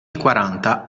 quaranta